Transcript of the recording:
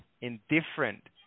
indifferent